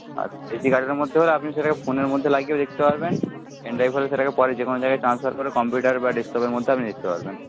আচ্ছা এসডি কার্ডের মধ্যে হলে আপনি সেটাকে ফোনের মধ্যে লাগিয়েও দেখতে পারবেন পেনড্রাইভে হলে সেটাকে পরে যে কোনো জায়গায় ট্রান্সফার করে কম্পিউটার বা ডেস্কটপের মধ্যেও আপনি দেখতে পারবেন